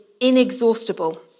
inexhaustible